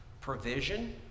provision